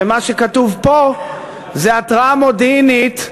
ומה שכתוב פה זה התרעה מודיעינית.